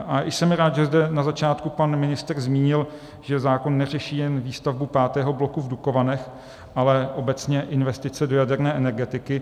A jsem rád, že zde na začátku pan ministr zmínil, že zákon neřeší jen výstavbu pátého bloku v Dukovanech, ale obecně investice do jaderné energetiky.